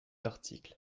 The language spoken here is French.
article